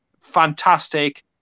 fantastic